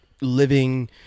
living